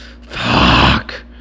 Fuck